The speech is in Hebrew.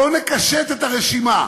בואו נקשט את הרשימה.